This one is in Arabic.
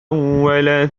ولا